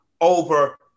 over